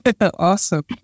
awesome